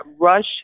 rush